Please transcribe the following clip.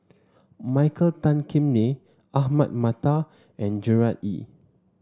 Michael Tan Kim Nei Ahmad Mattar and Gerard Ee